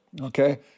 Okay